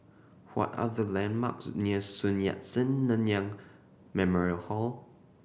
what are the landmarks near Sun Yat Sen Nanyang Memorial Hall